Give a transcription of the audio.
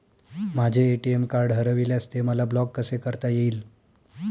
माझे ATM card हरविल्यास ते मला ब्लॉक कसे करता येईल?